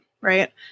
right